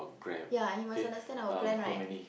ya and you must understand our plan right